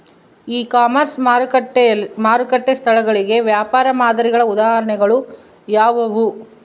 E commerce ಮಾರುಕಟ್ಟೆ ಸ್ಥಳಗಳಿಗೆ ವ್ಯಾಪಾರ ಮಾದರಿಗಳ ಉದಾಹರಣೆಗಳು ಯಾವುವು?